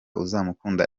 uzamukunda